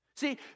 See